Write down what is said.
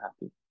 happy